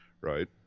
right